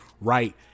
right